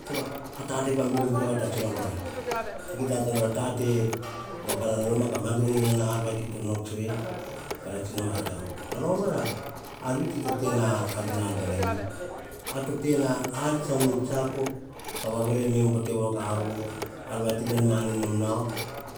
Sova a tate biro biro va ta tsino kora, ki ta nata nor a ta te wa pa noma ka mandono ar vati nor tsue. Ka ra tsi no vatau. Pa romana, ar vi to kita ar buar na vi, ar to te na ar tsan tsiako ka va vore me te po kauvo, ar va ti nan manin nom nau